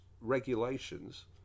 regulations